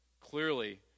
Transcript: clearly